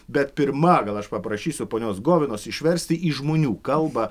bet pirma gal aš paprašysiu ponios govinos išversti į žmonių kalbą